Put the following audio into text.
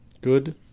Good